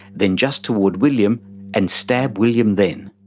then just toward william and stab william then.